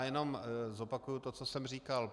Jenom zopakuji to, co jsem říkal.